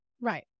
Right